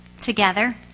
Together